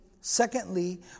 secondly